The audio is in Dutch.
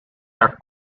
haar